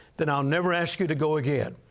then i'll never ask you to go again.